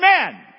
Amen